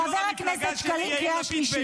-- הוא בוגד -- חבר הכנסת שקלים, קריאה שנייה.